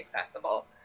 accessible